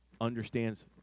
understands